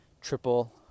triple